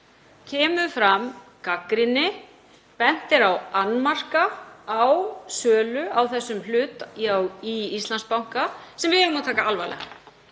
kemur fram gagnrýni, bent er á annmarka á sölu á þessum hlut í Íslandsbanka, sem við eigum að taka alvarlega.